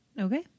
Okay